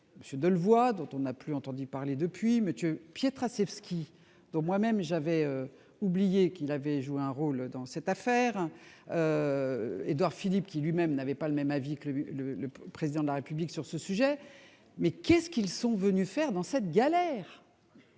M. Delevoye, dont on n'a plus entendu parler depuis, M. Pietraszewski, dont j'avais moi-même oublié qu'il avait joué un rôle dans cette affaire ou encore Édouard Philippe, qui lui-même n'avait pas le même avis que le Président de la République sur ce sujet. Mais que sont-ils venus faire dans cette galère ?